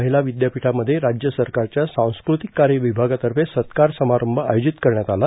महिला विद्यापीठामध्ये राज्य सरकारच्या सांस्कृतिक कार्य विभागातर्फे सत्कार समारंभ आयोजित करण्यात आला